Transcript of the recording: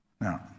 Now